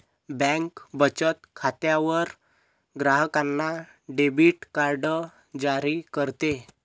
bank बचत खात्यावर ग्राहकांना डेबिट कार्ड जारी करते